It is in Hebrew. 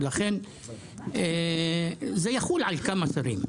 ולכן זה יחול על כמה שרים.